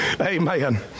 Amen